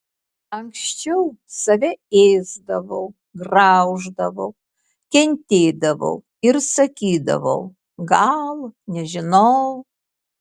anksčiau save ėsdavau grauždavau kentėdavau ir sakydavau gal nežinau